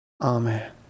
Amen